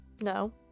No